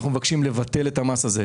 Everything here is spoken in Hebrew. אנחנו מבקשים לבטל את המס הזה.